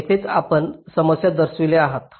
येथेच आपण समस्या दर्शवित आहात